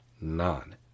None